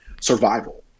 survival